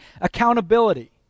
accountability